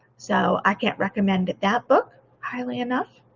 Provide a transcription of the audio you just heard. so i can't recommend that book highly enough.